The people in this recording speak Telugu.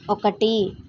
ఒకటి